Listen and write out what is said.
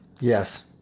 Yes